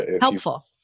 helpful